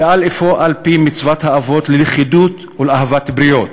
פעל אפוא על-פי מצוות האבות ללכידות ולאהבת הבריות.